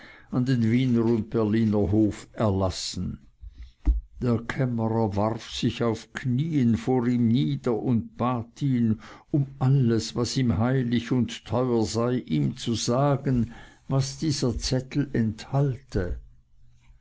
an den wiener und berliner hof erlassen der kämmerer warf sich auf knien vor ihm nieder und bat ihn um alles was ihm heilig und teuer sei ihm zu sagen was dieser zettel enthalte